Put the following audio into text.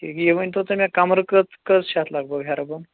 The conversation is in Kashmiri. ٹھیٖک یہِ ؤنۍتو تُہۍ مےٚ کَمرٕ کٔژ کٔژ چھِ اَتھ لگ بگ ہیرٕ بۄن